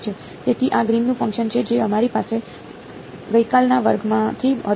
તેથી આ ગ્રીનનું ફંકશન છે જે અમારી પાસે ગઈકાલના વર્ગમાંથી હતું